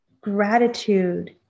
gratitude